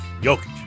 Jokic